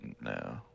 No